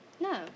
No